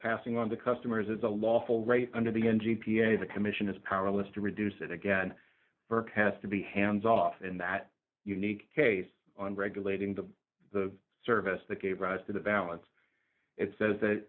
passing on to customers as a lawful right under the n g p a the commission is powerless to reduce it again for has to be hands off in that unique case on regulating the the service that gave rise to the balance it says that